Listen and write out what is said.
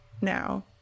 now